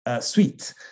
suite